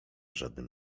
żadnym